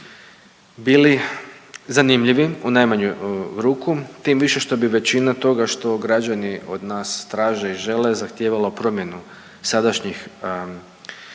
bili zanimljivi u najmanju ruku, tim više što bi većina toga što građani od nas traže i žele zahtijevalo promjenu sadašnjih